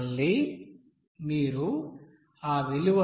మళ్లీ మీరు ఆ విలువను 0